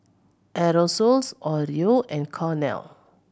Aerosoles Oreo and Cornell